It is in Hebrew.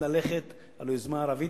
ללכת על היוזמה הערבית,